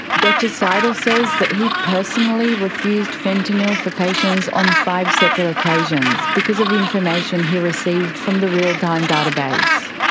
dr seidel says that he personally refused fentanyl for patients on five separate occasions because of information he received from the real-time database.